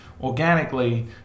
organically